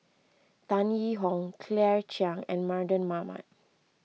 Tan Yee Hong Claire Chiang and Mardan Mamat